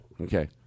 Okay